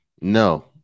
No